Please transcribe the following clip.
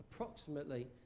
Approximately